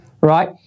right